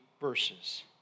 verses